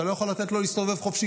אתה לא יכול לתת לו להסתובב חופשי,